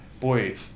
Boy